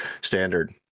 standard